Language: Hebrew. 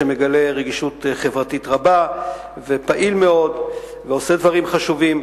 שמגלה רגישות חברתית רבה ופעיל מאוד ועושה דברים חשובים,